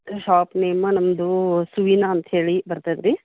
shop ನೇಮಾ ನಮ್ಮದು ಸುವಿನಾ ಅಂತ ಹೇಳಿ ಬರ್ತದೆ ರೀ